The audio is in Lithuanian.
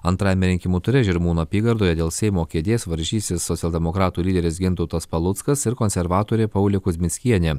antrajame rinkimų ture žirmūnų apygardoje dėl seimo kėdės varžysis socialdemokratų lyderis gintautas paluckas ir konservatorė paulė kuzmickienė